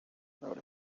about